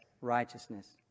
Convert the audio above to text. righteousness